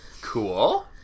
Cool